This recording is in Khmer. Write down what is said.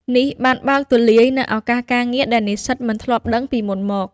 នេះបានបើកទូលាយនូវឱកាសការងារដែលនិស្សិតមិនធ្លាប់ដឹងពីមុនមក។